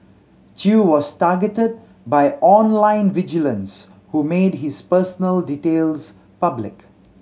Chew was targeted by online vigilantes who made his personal details public